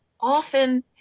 often